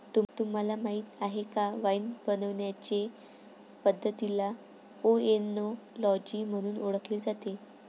तुम्हाला माहीत आहे का वाइन बनवण्याचे पद्धतीला ओएनोलॉजी म्हणून ओळखले जाते